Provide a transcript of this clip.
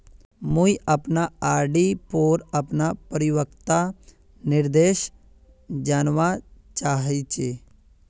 मुई अपना आर.डी पोर अपना परिपक्वता निर्देश जानवा चहची